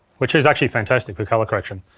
which is actually fantastic for color correction.